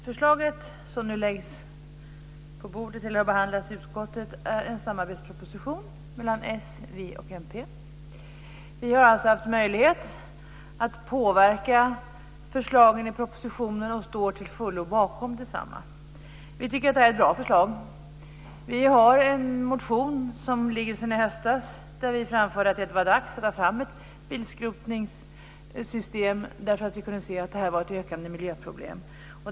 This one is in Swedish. Fru talman! Det förslag som har behandlats i utskottet är en samarbetsproposition, ett samarbete mellan s, v och mp. Vi har alltså haft möjlighet att påverka förslagen i propositionen och står till fullo bakom desamma. Vi tycker att det är ett bra förslag. Vi har en motion liggande sedan i höstas, där vi framförde att det var dags att ta fram ett bilskrotningssystem. Vi kunde se att det var ett ökande miljöproblem.